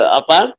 apa